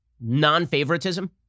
non-favoritism